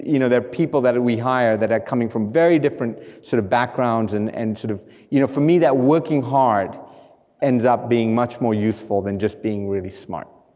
you know there are people that we hire that are coming from very different sort of backgrounds, and and sort of you know for me that working hard ends up being much more useful than just being really smart.